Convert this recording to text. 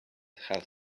had